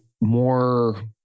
more